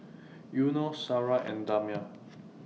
Yunos Sarah and Damia